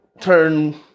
turn